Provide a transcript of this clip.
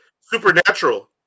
Supernatural